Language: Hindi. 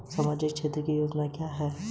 सामाजिक क्षेत्र की योजनाएं क्या हैं?